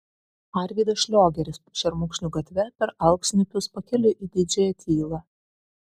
arvydas šliogeris šermukšnių gatve per alksniupius pakeliui į didžiąją tylą